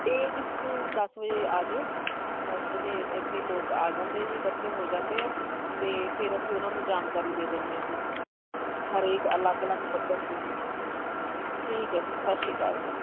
ਇਹ ਜੀ ਦਸ ਵਜੇ ਆ ਜਾਓ ਦਸ ਵਜੇ ਇੱਥੇ ਲੋਕ ਆ ਜਾਂਦੇ ਜੀ ਇਕੱਠੇ ਹੋ ਜਾਂਦੇ ਆ ਅਤੇ ਫਿਰ ਅਸੀਂ ਉਹਨਾਂ ਨੂੰ ਜਾਣਕਾਰੀ ਦੇ ਦਿੰਦੇ ਹਾਂ ਜੀ ਹਰੇਕ ਅਲੱਗ ਅਲੱਗ ਪੱਧਰ 'ਤੇ ਜੀ ਠੀਕ ਹੈ ਜੀ ਸਤਿ ਸ਼੍ਰੀ ਅਕਾਲ ਜੀ